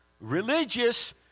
Religious